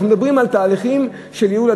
אנחנו מדברים על תהליכים של ייעול,